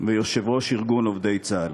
ויושב-ראש ארגון עובדי צה"ל.